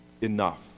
enough